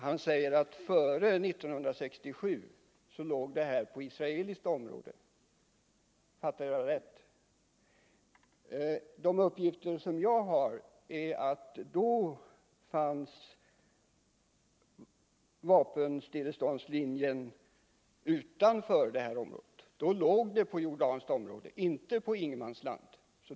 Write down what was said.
Han säger att före 1967 låg detta på israeliskt område. Fattade jag det rätt? De uppgifter som jag har är att då fanns vapenstilleståndslinjen utanför det här området — då låg den på jordanskt område och inte i ingenmansland.